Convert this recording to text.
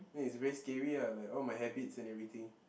then is very scary lah like all my habits and everything